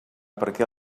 perquè